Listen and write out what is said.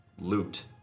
loot